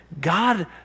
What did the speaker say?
God